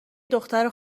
دختر